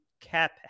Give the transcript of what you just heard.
cap